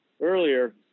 earlier